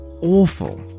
awful